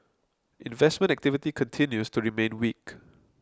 investment activity continues to remain weak